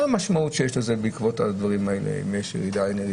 המשמעות שיש לזה בעקבות הדברים האלה האם יש ירידה או לא,